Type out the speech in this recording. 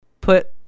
put